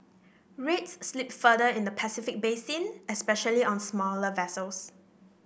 rates slipped further in the Pacific basin especially on smaller vessels